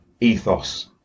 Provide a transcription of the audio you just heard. ethos